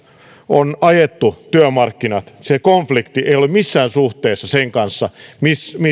on ajettu työmarkkinat ei ole missään suhteessa sen kanssa